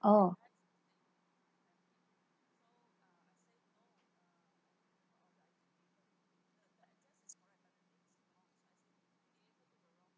oh